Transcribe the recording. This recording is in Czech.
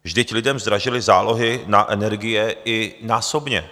Vždyť lidem zdražily zálohy na energie i násobně.